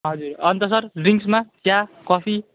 हजुर अन्त सर ड्रिङ्समा चिया कफी